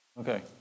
Okay